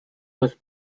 was